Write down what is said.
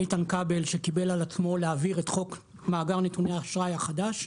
איתן כבל שקיבל על עצמו להעביר את חוק מאגר נתוני האשראי החדש.